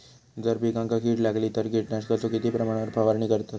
जर पिकांका कीड लागली तर कीटकनाशकाचो किती प्रमाणावर फवारणी करतत?